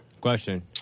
Question